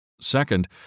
Second